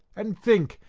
and think,